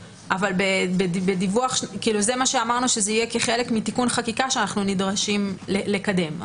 זה מה שאמרנו שזה יהיה חלק מתיקון חקיקה שאנחנו נדרשים לקדם.